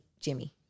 Jimmy